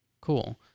cool